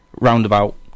roundabout